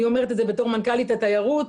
אני אומרת את זה כמנכ"לית התיירות.